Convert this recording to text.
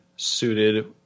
Suited